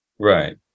right